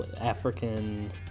African